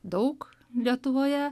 daug lietuvoje